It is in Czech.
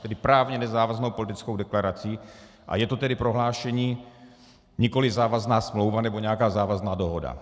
Tedy právně nezávaznou politickou deklarací, a je to tedy prohlášení, nikoliv závazná smlouva nebo nějaká závazná dohoda.